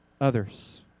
others